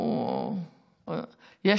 השר דיבר כל כך הרבה,